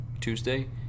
Tuesday